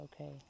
okay